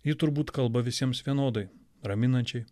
ji turbūt kalba visiems vienodai raminančiai